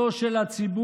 1445, של חבר הכנסת בצלאל